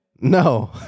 No